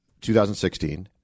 2016